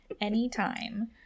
Anytime